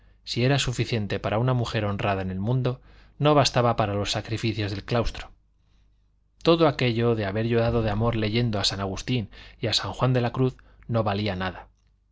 si era suficiente para una mujer honrada en el mundo no bastaba para los sacrificios del claustro todo aquello de haber llorado de amor leyendo a san agustín y a san juan de la cruz no valía nada